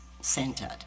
centered